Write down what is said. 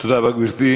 תודה רבה, גברתי.